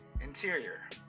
Interior